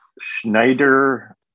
Schneider